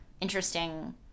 interesting